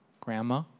grandma